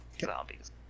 Zombies